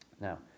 Now